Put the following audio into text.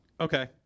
okay